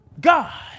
God